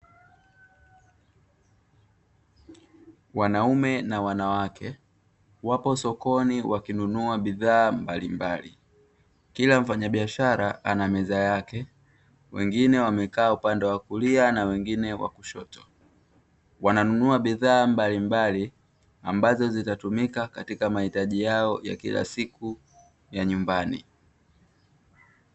Wanaume na wanawake wapo sokoni wakinunua bidhaa mbalimbali kila mfanyabiashara ana meza yake wengine wamekaa upande wa kulia na wengine wa kushoto, wananunua bidhaa mbalimbali ambazo zitatumika katika mahitaji yao ya kila siku ya nyumbani.